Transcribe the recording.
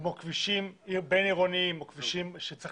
כמו כבישים בין-עירוניים או כבישים שצריך